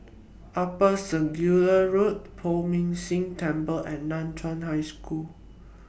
Upper Circular Road Poh Ming Tse Temple and NAN Chiau High School